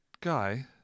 guy